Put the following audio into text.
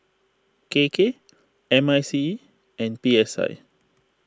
K K M I C E and P S I